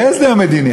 אם יהיה הסדר מדיני,